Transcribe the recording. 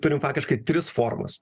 turim faktiškai tris formas